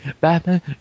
Batman